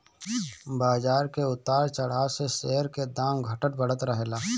बाजार के उतार चढ़ाव से शेयर के दाम घटत बढ़त रहेला